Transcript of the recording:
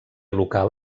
local